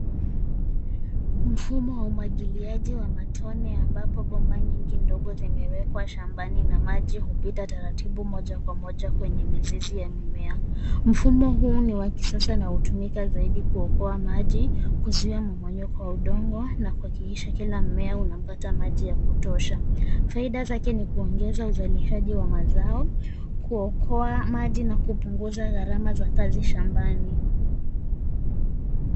Mfumo wa umwagiliaji wa matone ambapo bomba nyingi ndogo zimewekwa shambani na maji hupita taratibu moja kwa moja kwenye mizizi ya mimea. Mfumo huu ni wa kisasa na hutumika zaidi kuokoa maji, kuzuia mmonyoko wa udongo na kuhakikisha kila mmea unapata maji ya kutosha. Faida zake ni kuongeza uzalishaji wa mazao, kuokoa maji na kupunguza gharama za kazi shambani.